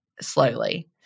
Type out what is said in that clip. slowly